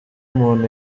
umuntu